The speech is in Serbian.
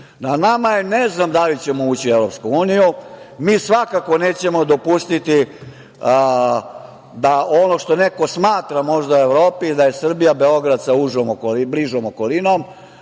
nama je, ne znam da li ćemo ući u EU, mi svakako nećemo dopustiti da ono što neko smatra možda Evropi, daje Srbija Beograd sa bližom okolinom.